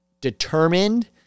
determined